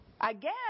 Again